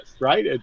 right